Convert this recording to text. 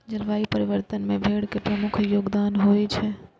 जलवायु परिवर्तन मे भेड़ के प्रमुख योगदान होइ छै